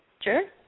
Sure